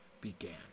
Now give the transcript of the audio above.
began